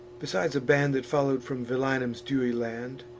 besides a band that follow'd from velinum's dewy land,